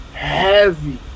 Heavy